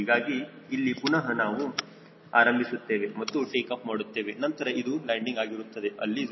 ಹೀಗಾಗಿ ಇಲ್ಲಿ ಪುನಹ ನಾವು ಆರಂಭಿಸುತ್ತೇವೆ ಮತ್ತು ಟೇಕಾಫ್ ಮಾಡುತ್ತೇವೆ ನಂತರ ಇದು ಲ್ಯಾಂಡಿಂಗ್ ಆಗಿರುತ್ತದೆ ಅಲ್ಲಿ 0